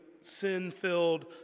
sin-filled